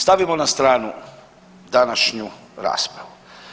Stavimo na stranu današnju raspravu.